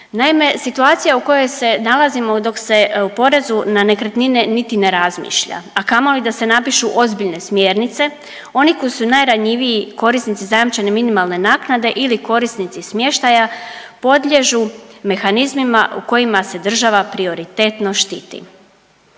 Naime, situacija u kojoj se nalazimo dok se o porezu na nekretnine niti ne razmišlja, a kamoli da se napišu ozbiljne smjernice. Oni koji su najranjiviji, korisnici zajamčene minimalne naknade ili korisnici smještaja podliježu mehanizmima u kojima se država prioritetno štiti.